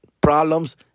problems